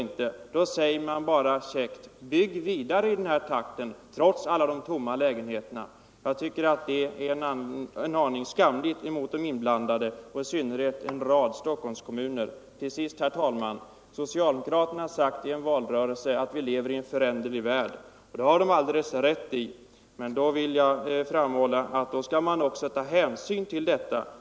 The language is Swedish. Och då säger man bara helt käckt, trots alla de tomma lägenheterna: Bygg vidare i den här takten! Jag tycker det är en aning skamligt mot de inblandade och i synnerhet mot en rad Stockholmskommuner. Herr talman! Till sist har socialdemokraterna i en valrörelse sagt att vi lever i en föränderlig värld. Det har de alldeles rätt i. Men då skall man också ta hänsyn till det.